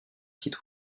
site